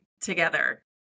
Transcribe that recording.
together